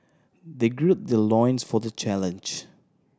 they gird their loins for the challenge